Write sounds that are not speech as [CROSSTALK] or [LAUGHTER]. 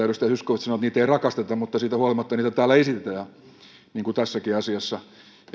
[UNINTELLIGIBLE] edustaja zyskowicz sanoi ettei niitä rakasteta mutta siitä huolimatta niitä täällä esitetään niin kuin tässäkin asiassa